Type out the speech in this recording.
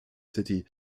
city